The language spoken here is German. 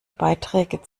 beiträge